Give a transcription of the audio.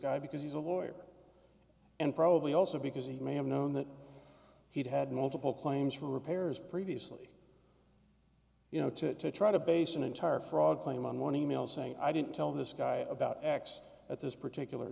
guy because he's a lawyer and probably also because he may have known that he'd had multiple claims for repairs previously you know to try to base an entire fraud claim on one e mail saying i didn't tell this guy about x at this particular